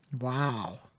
wow